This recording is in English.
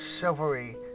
silvery